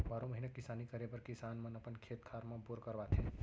बारो महिना किसानी करे बर किसान मन अपन खेत खार म बोर करवाथे